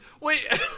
Wait